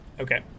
Okay